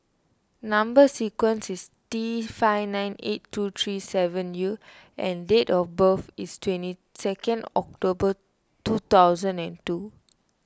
Number Sequence is T five nine eight two three seven U and date of birth is twenty second October two thousand and two